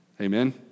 Amen